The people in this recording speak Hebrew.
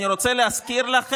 יכולת להתפטר.